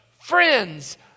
friends